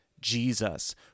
Jesus